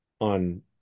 On